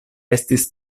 estis